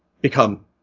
become